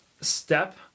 step